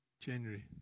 January